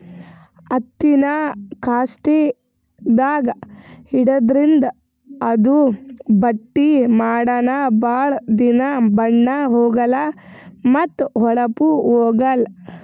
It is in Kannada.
ಹತ್ತಿನಾ ಕಾಸ್ಟಿಕ್ದಾಗ್ ಇಡಾದ್ರಿಂದ ಅದು ಬಟ್ಟಿ ಮಾಡನ ಭಾಳ್ ದಿನಾ ಬಣ್ಣಾ ಹೋಗಲಾ ಮತ್ತ್ ಹೋಳಪ್ನು ಹೋಗಲ್